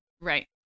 Right